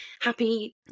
happy